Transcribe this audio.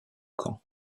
caen